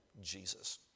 Jesus